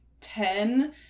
ten